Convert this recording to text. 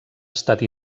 estat